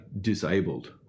disabled